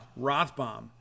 Rothbaum